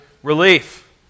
Relief